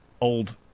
old